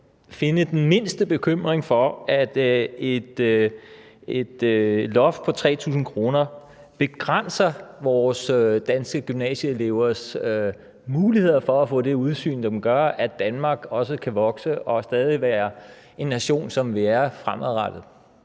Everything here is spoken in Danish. finde den mindste bekymring for, at et loft på 3.000 kr. begrænser vores danske gymnasieelevers muligheder for at få det udsyn, som gør, at Danmark også kan vokse og stadig være en nation, som vi er, fremadrettet.